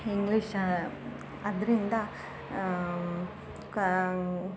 English ಅದ್ರಿಂದ ಕಾ